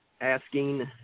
asking